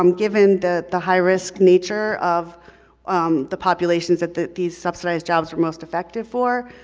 um given the the high risk nature of um the populations that that these subsidized jobs were most effective for,